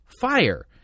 fire